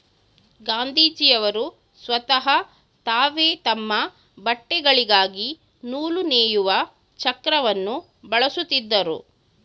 ಗಾಂಧೀಜಿಯವರು ಸ್ವತಹ ತಾವೇ ತಮ್ಮ ಬಟ್ಟೆಗಳಿಗಾಗಿ ನೂಲು ನೇಯುವ ಚಕ್ರವನ್ನು ಬಳಸುತ್ತಿದ್ದರು